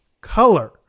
Color